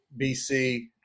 BC